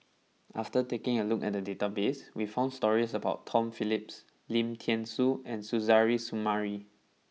after taking a look at the database we found stories about Tom Phillips Lim Thean Soo and Suzairhe Sumari